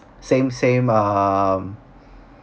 same same um